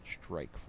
Strike